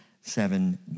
seven